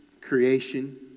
Creation